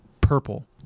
purple